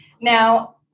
Now